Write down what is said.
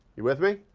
you with me?